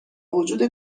وجود